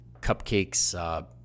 cupcakes